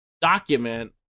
document